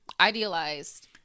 idealized